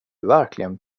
verkligen